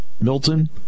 Milton